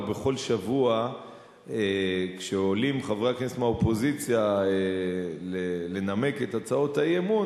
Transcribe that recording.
ובכל שבוע כשעולים חברי הכנסת מהאופוזיציה לנמק את הצעות האי-אמון,